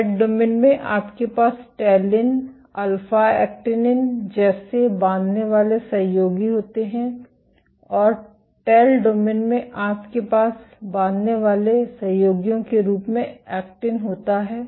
head domain में आपके पास टेलिन अल्फा एक्टिनिन जैसे बांधने वाले सहयोगी होते हैं और टेल डोमेन में आपके पास बांधने वाले सहयोगियों के रूप में एक्टिन होता है